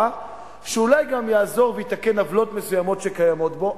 שאולי גם תעזור ותתקן עוולות מסוימות שקיימות בו.